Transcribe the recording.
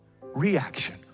reaction